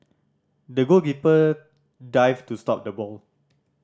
the goalkeeper dived to stop the ball